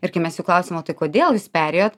ir kai mes jų klausėm o tai kodėl jūs perėjot